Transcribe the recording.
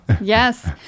Yes